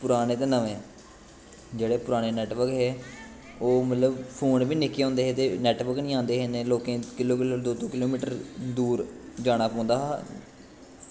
पराने ते नमें जेह्के पराने नैटबर्क हे ओह् मतलव फोन बी निक्के होंदे हे ते नैटबर्क नी आंदे हे इन्ने लोग किलो मीटर दो किलो मीटर दूर जाना पौंदा हा